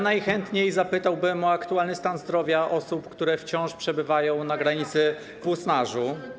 Najchętniej zapytałbym o aktualny stan zdrowia osób, które wciąż przebywają na granicy w Usnarzu.